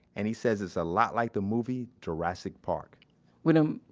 and he says it's a lot like the movie jurassic park when um,